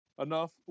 enough